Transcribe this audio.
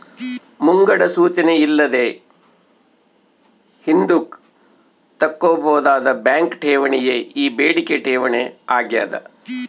ಮುಂಗಡ ಸೂಚನೆ ಇಲ್ಲದೆ ಹಿಂದುಕ್ ತಕ್ಕಂಬೋದಾದ ಬ್ಯಾಂಕ್ ಠೇವಣಿಯೇ ಈ ಬೇಡಿಕೆ ಠೇವಣಿ ಆಗ್ಯಾದ